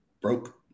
broke